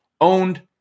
owned